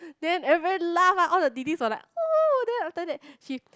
then everybody laugh lah all the D_Ds was like oh then after that she